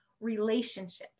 relationships